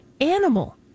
animal